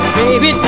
baby